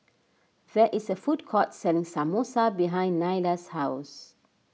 there is a food court selling Samosa behind Nylah's house